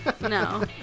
No